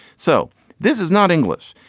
so this is not english,